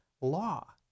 law